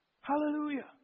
Hallelujah